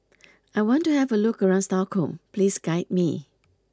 I want to have a look around Stockholm please guide me